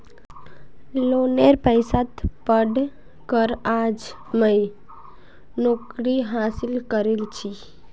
लोनेर पैसात पढ़ कर आज मुई नौकरी हासिल करील छि